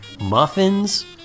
muffins